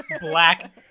black